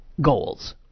goals